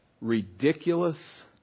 Ridiculous